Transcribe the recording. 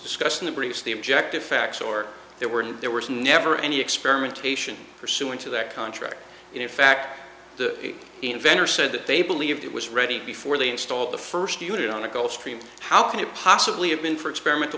discussed in the briefs the objective facts or there were and there was never any experimentation pursuant to that contract and in fact the inventor said that they believed it was ready before they installed the first unit on the gulf stream how can it possibly have been for experimental